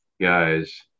Guys